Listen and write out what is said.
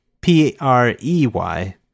p-r-e-y